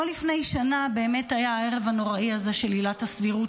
אתמול לפני שנה באמת היה הערב הנוראי הזה של עילת הסבירות,